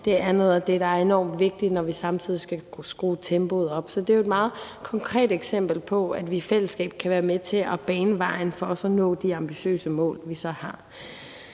er noget af det, der er enormt vigtigt, når vi samtidig skal kunne skrue tempoet op. Så det er jo et meget konkret eksempel på, at vi i fællesskab kan være med til at bane vejen for også at nå de ambitiøse mål, vi så har.